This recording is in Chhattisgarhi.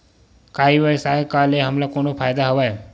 का ई व्यवसाय का ले हमला कोनो फ़ायदा हवय?